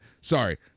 Sorry